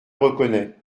reconnais